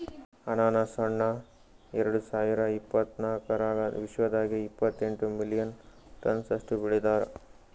ಅನಾನಸ್ ಹಣ್ಣ ಎರಡು ಸಾವಿರ ಇಪ್ಪತ್ತರಾಗ ವಿಶ್ವದಾಗೆ ಇಪ್ಪತ್ತೆಂಟು ಮಿಲಿಯನ್ ಟನ್ಸ್ ಅಷ್ಟು ಬೆಳದಾರ್